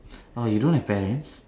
orh you don't have parents